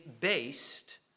based